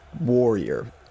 warrior